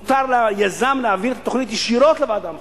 מותר ליזם להעביר את התוכנית ישירות לוועדה המחוזית.